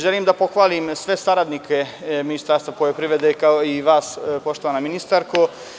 Želim da pohvalim sve saradnike Ministarstva poljoprivrede, kao i vas, poštovana ministarko.